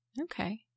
Okay